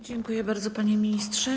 Dziękuję bardzo, panie ministrze.